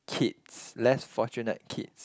kids less fortunate kids